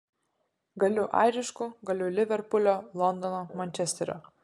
galiu airišku galiu liverpulio londono mančesterio